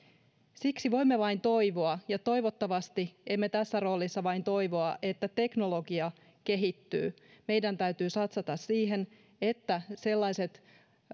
siksi voimme vain toivoa ja toivottavasti emme tässä roolissa vain toivo että teknologia kehittyy meidän täytyy satsata siihen että sellaiset